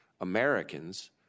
Americans